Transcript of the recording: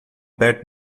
perto